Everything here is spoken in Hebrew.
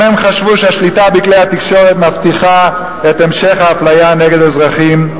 גם הם חשבו שהשליטה בכלי התקשורת מבטיחה את המשך האפליה נגד אזרחים,